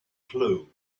clue